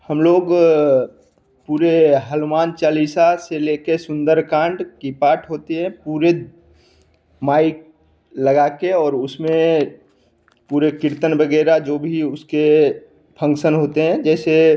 हम लोग पूरे हनुमान चालीसा से लेके सुंदरकांड की पाठ होती है पूरे माइक लगा के और उसमें पूरे कीर्तन वगैरह जो भी उसके फंक्शन होते हैं जैसे